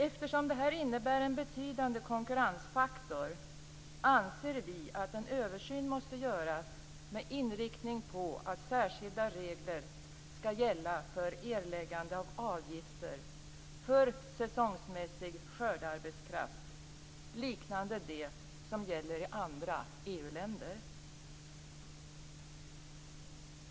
Eftersom det här innebär en betydande konkurrensfaktor anser vi att en översyn måste göras med inriktning på att särskilda regler skall gälla för erläggande av avgifter för säsongsmässig skördearbetskraft liknande det som gäller i andra EU-länder.